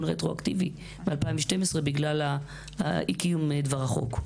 רטרואקטיבי מ-2012 בגלל אי קיום דבר החוק.